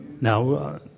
Now